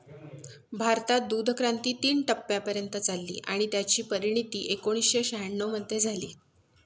भारतात दूधक्रांती तीन टप्प्यांपर्यंत चालली आणि त्याची परिणती एकोणीसशे शहाण्णव मध्ये झाली